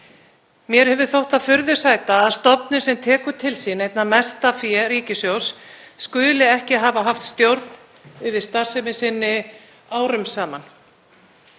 Mér hefur þótt það furðu sæta að stofnun sem tekur til sín einna mest af fé ríkissjóðs skuli ekki hafa haft stjórn yfir starfsemi sinni árum saman.